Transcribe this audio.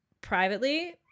privately